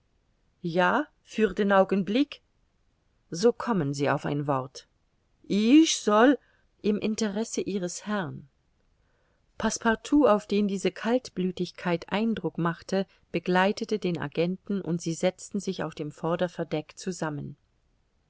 ja für den augenblick so kommen sie auf ein wort ich soll im interesse ihres herrn passepartout auf den diese kaltblütigkeit eindruck machte begleitete den agenten und sie setzten sich auf dem vorderverdeck zusammen